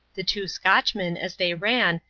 the two scotchmen, as they ran,